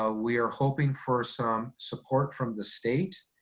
ah we are hoping for some support from the state.